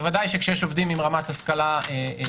בוודאי כאשר יש עובדים עם השכלה טכנולוגית